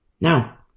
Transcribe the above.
Now